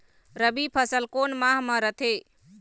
रबी फसल कोन माह म रथे?